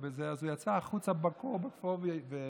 אז הוא יצא החוצה לכפור ועישן.